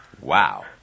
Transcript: Wow